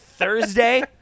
Thursday